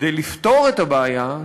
כדי לפתור את הבעיה,